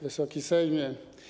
Wysoki Sejmie!